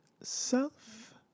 Self